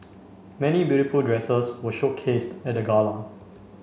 many beautiful dresses were showcased at the gala